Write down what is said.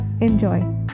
Enjoy